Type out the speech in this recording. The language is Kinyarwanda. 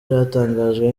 byatangajwe